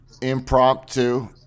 impromptu